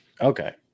Okay